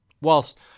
Whilst